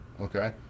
okay